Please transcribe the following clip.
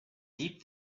deep